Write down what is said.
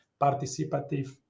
participative